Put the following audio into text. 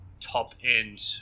top-end